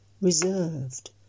reserved